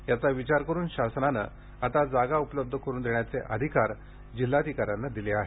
याचा विचार करून शासनानं आता जागा उपलब्ध करुन देण्याचे अधिकार जिल्हाधिकाऱ्यांना दिले आहेत